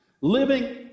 Living